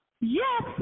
yes